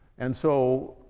and so